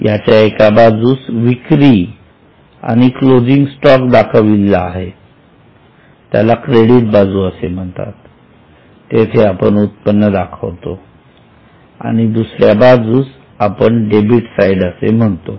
याच्या एका बाजूस विक्री आणि क्लोजिंग स्टॉक दाखविला आहे त्याला क्रेडिट बाजू असे म्हणतात तेथे आपण उत्पन्न दाखवतो आणि या दुसऱ्या बाजूस आपण डेबिट साइड असे म्हणतो